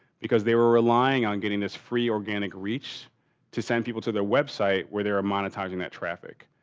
because they were relying on getting this free organic reach to send people to the website where they are monetizing that traffic.